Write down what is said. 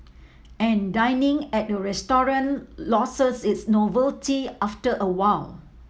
and dining at a restaurant loses its novelty after a while